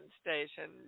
Station